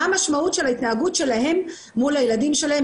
המשמעות של ההתנהגות שלהם מול הילדים שלהם.